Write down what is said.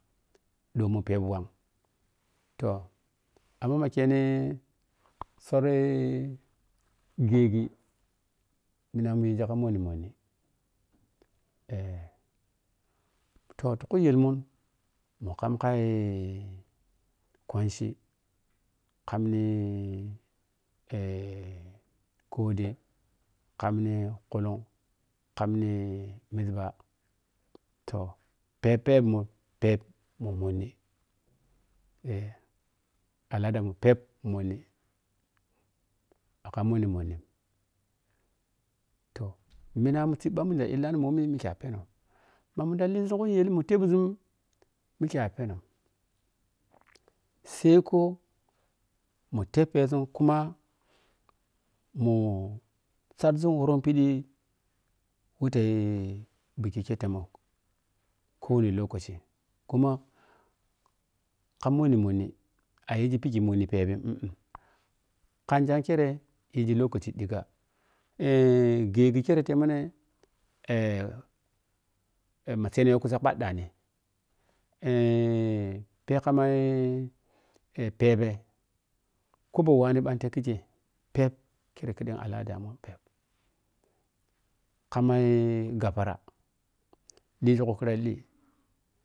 Ɗo mu phep whang toh amma ma kenni tsori gheggi mina mu yigi ka mono monni eh toh ti kuyel mun mu kam kai kwanchi kam ni eh kode kamni khulung kam ni mhizziɓa toh phep phep mun phep mu monni eh ala da mun phep monni a ka monni monni toh mina mu siiɓa mun mike ta illani ɓhomi mike a pheno ma mun da lizu ti kuyel mu tepzun mike ari pheno sako mu teppezun kuma mu saddzun woova phidi wo ta yi biki kete mun kowan lokoci kuma ka monni a yigi phiki yigi lokaci dhigga eh khangyangkire yigi lokaci dhigga eh gheggi kire temine eh matseene yo kusa ɓhaddani eh phep ka mai eh phebe kobo wan bante khike phep kire ki dam alla damun phep ka mai ghappara lizuku khirali.